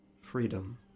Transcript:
freedom